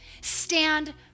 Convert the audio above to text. Stand